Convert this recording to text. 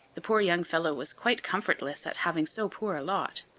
the poor young fellow was quite comfortless at having so poor a lot.